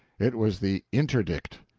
it was the interdict!